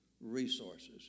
resources